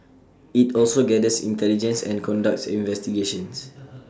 IT also gathers intelligence and conducts investigations